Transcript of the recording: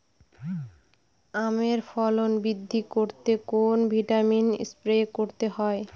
আমের ফলন বৃদ্ধি করতে কোন ভিটামিন স্প্রে করতে হয়?